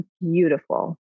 beautiful